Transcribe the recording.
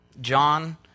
John